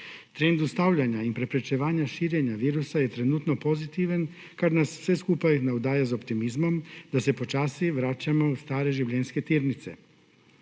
Trend ustavljanja in preprečevanja širjenja virusa je trenutno pozitiven, kar nas vse skupaj navdaja z optimizmom, da se počasi vračamo v stare življenjske tirnice,